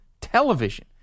television